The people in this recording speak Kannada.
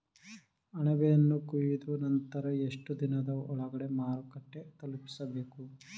ಅಣಬೆಯನ್ನು ಕೊಯ್ದ ನಂತರ ಎಷ್ಟುದಿನದ ಒಳಗಡೆ ಮಾರುಕಟ್ಟೆ ತಲುಪಿಸಬೇಕು?